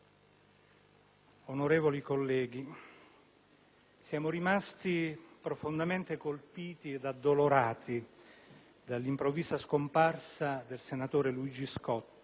onorevoli colleghi, siamo rimasti profondamente colpiti e addolorati dall'improvvisa scomparsa del senatore Luigi Scotti,